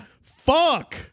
Fuck